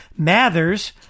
Mathers